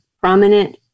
prominent